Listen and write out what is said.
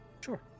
Sure